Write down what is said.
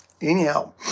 anyhow